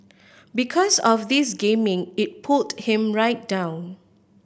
because of this gaming it pulled him right down